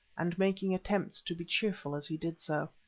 and making attempts to be cheerful as he did so.